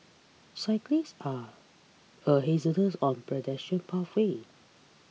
cyclists are a hazards on pedestrian pathways